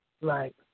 Right